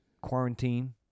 quarantine